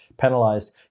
penalized